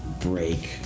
break